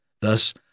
Thus